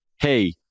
hey